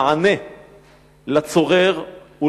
המענה לצורר הוא